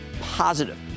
positive